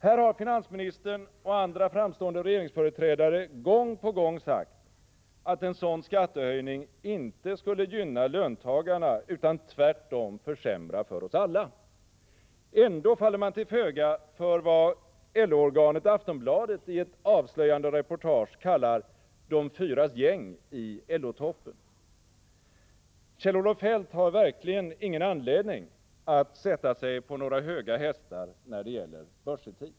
Här har finansministern och andra framstående regeringsföreträdare gång på gång sagt att en sådan skattehöjning inte skulle gynna löntagarna utan tvärtom försämra för oss alla. Ändå faller man till föga för vad LO-organet Aftonbladet i ett avslöjande reportage kallar ”de fyras gäng” i LO-toppen. Kjell-Olof Feldt har verkligen ingen anledning att sätta sig på några höga hästar när det gäller börsetik!